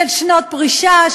של שנות פרישה,